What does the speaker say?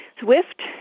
swift